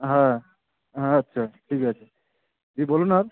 হ্যাঁ হ্যাঁ আচ্ছা ঠিক আছে কী বলুন আর